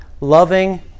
Loving